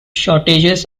shortages